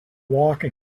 walking